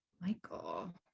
Michael